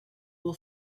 will